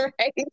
right